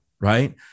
right